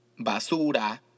basura